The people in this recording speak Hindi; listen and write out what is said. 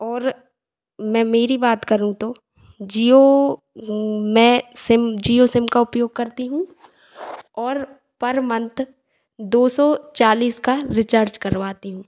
और मैं मेरी बात करूँ तो जिओ मैं सिम जिओ सिम का उपयोग करती हूँ और पर मन्थ दो सौ चालीस का रिचार्ज करवाती हूँ